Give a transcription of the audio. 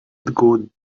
good